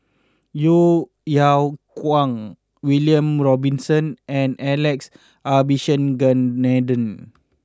Yeo Yeow Kwang William Robinson and Alex Abisheganaden